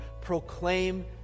proclaim